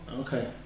Okay